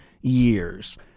years